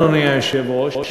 אדוני היושב-ראש,